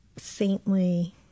saintly